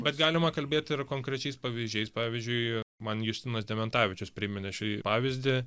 bet galima kalbėt ir konkrečiais pavyzdžiais pavyzdžiui man justinas dementavičius priminė šį pavyzdį